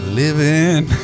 living